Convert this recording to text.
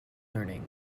learning